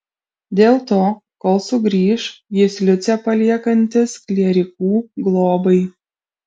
dėl to kol sugrįš jis liucę paliekantis klierikų globai